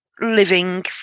living